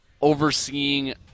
overseeing